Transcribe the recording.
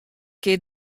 kin